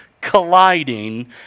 colliding